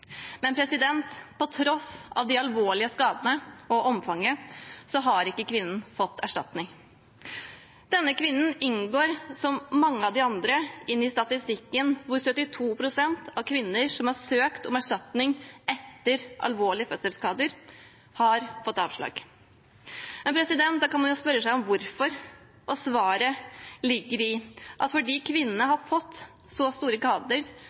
Men på tross av de alvorlige skadene og omfanget har ikke kvinnen fått erstatning. Denne kvinnen inngår, sammen med mange andre, i statistikken hvor 72 pst. av kvinner som har søkt om erstatning etter alvorlige fødselsskader, har fått avslag. Man kan spørre seg om hvorfor. I svaret ligger at fordi